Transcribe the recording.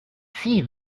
see